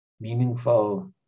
meaningful